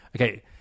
okay